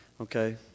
Okay